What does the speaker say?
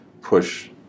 push